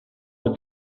with